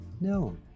no